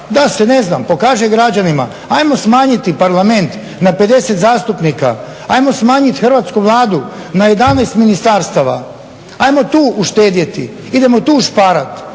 da se, ne znam, pokaže građanima, ajmo smanjiti Parlament na 50 zastupnika, ajmo smanjiti hrvatsku Vladu na 11 ministarstava, ajmo tu uštedjeti, idemo tu ušparati.